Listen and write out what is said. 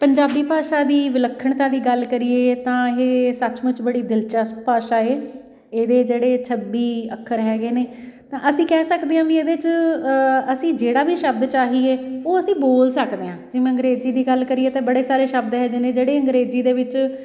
ਪੰਜਾਬੀ ਭਾਸ਼ਾ ਦੀ ਵਿਲੱਖਣਤਾ ਦੀ ਗੱਲ ਕਰੀਏ ਤਾਂ ਇਹ ਸੱਚ ਮੁੱਚ ਬੜੀ ਦਿਲਚਸਪ ਭਾਸ਼ਾ ਹੈ ਇਹਦੇ ਜਿਹੜੇ ਛੱਬੀ ਅੱਖਰ ਹੈਗੇ ਨੇ ਤਾਂ ਅਸੀਂ ਕਹਿ ਸਕਦੇ ਹਾਂ ਵੀ ਇਹਦੇ 'ਚ ਅਸੀਂ ਜਿਹੜਾ ਵੀ ਸ਼ਬਦ ਚਾਹੀਏ ਉਹ ਅਸੀਂ ਬੋਲ ਸਕਦੇ ਹਾਂ ਜਿਵੇਂ ਅੰਗਰੇਜ਼ੀ ਦੀ ਗੱਲ ਕਰੀਏ ਤਾਂ ਬੜੇ ਸਾਰੇ ਸ਼ਬਦ ਇਹੋ ਜਿਹੇ ਨੇ ਜਿਹੜੇ ਅੰਗਰੇਜ਼ੀ ਦੇ ਵਿੱਚ